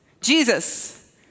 Jesus